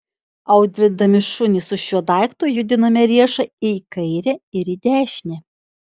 audrindami šunį su šiuo daiktu judiname riešą į kairę ir į dešinę